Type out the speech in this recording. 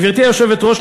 גברתי היושבת-ראש,